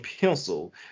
pencil